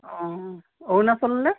অঁ অৰুণাচললৈ